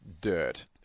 dirt